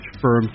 firm